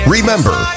Remember